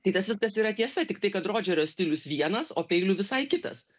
tai tas viskas yra tiesa tiktai kad rodžerio stilius vienas o peilių visai kitas